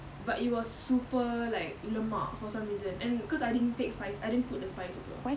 but it was super like lemak for some reason and cause I didn't take spice I didn't put the spice also why didn't you going as far as I didn't like wanted to be